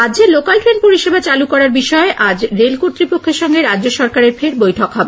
রাজ্যে local train পরিষেবা চালু করার বিষয়ে আজ রেল কর্তৃপক্ষের সঙ্গে রাজ্য সরকারের ফের বৈঠক হবে